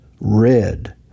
red